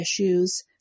issues